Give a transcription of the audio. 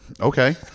Okay